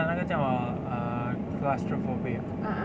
他有那个叫什么 err claustrophobic ah